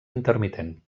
intermitent